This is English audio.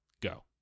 go